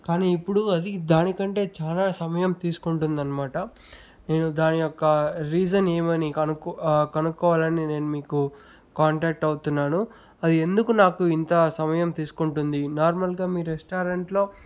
కానీ ఇప్పుడు అది దానికంటే చాలా సమయం తీసుకుంటుంది అనమాట నేను దాని యొక్క రీజన్ ఏమనికను కనుక్కోవాలి అని నేను మీకు కాంటాక్ట్ అవుతున్నాను అది ఎందుకు నాకు ఇంత సమయం తీసుకుంటుంది నార్మల్గా మీ రెస్టారెంట్లో